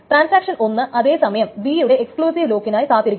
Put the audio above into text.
transaction ഒന്ന് അതേസമയം B യുടെ എക്സ്ക്ലൂസീവ് ലോക്കിനായി കാത്തിരിക്കുന്നു